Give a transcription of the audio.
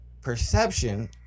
Perception